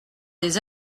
des